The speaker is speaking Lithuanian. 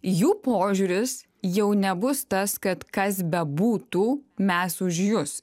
jų požiūris jau nebus tas kad kas bebūtų mes už jus